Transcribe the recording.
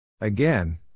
Again